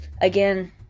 again